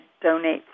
donate